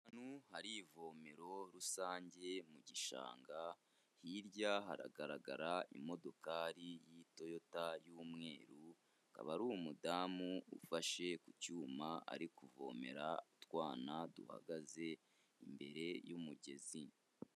Ahantu hari ivomero rusange mu gishanga, hirya haragaragara imodokari y'itoyota y'umweru, hakaba hari umudamu ufashe ku cyuma ari kuvomera utwana duhagaze imbere y'umugezi.